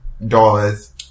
Dollars